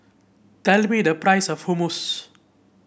tell me the price of Hummus